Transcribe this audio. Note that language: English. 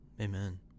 amen